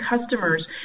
customers